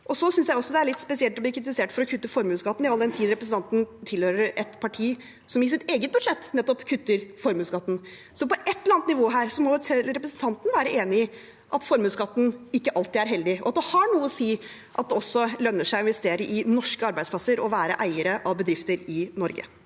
Så synes jeg også det er litt spesielt å bli kritisert for å kutte formuesskatten, all den tid representanten tilhører et parti som i sitt eget budsjett kutter nettopp i formuesskatten. På et eller annet nivå her må jo representanten være enig i at formuesskatten ikke alltid er hellig, og at det har noe å si at det også lønner seg å investere i norske arbeidsplasser og være eiere av bedrifter i Norge.